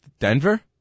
Denver